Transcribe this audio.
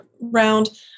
round